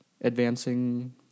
advancing